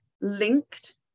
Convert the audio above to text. linked